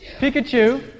Pikachu